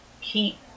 keep